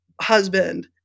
husband